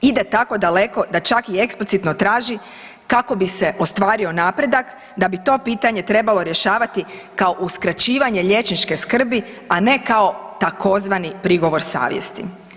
Ide tako daleko da čak i eksplicitno traži kako bi se ostvario napredak da bi to pitanje trebalo rješavati kao uskraćivanje liječničke skrbi, a ne kao tzv. prigovor savjesti.